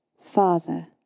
Father